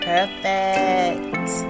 Perfect